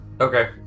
Okay